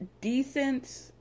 decent